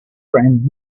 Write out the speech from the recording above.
friend